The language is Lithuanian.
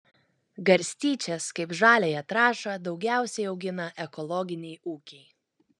garstyčias kaip žaliąją trąšą daugiausiai augina ekologiniai ūkiai